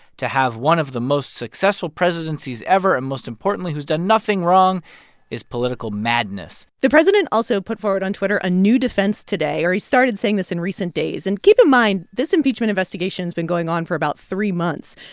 to have one of the most successful presidencies ever and, most importantly, who's done nothing wrong is political madness the president also put forward on twitter a new defense today, or he started saying this in recent days. and keep in mind, this impeachment of estimation has been going on for about three months.